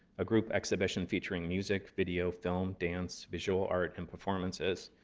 a group exhibition featuring music, video, film, dance, visual art, and performances.